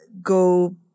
go